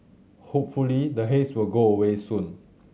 hopefully the haze will go away soon